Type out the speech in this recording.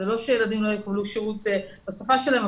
זה לא שילדים לא יקבלו שירות בשפה שלהם,